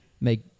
make